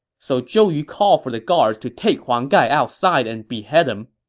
so zhou yu called for the guards to take huang gai outside and behead him.